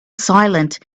silent